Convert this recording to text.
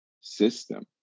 system